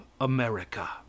America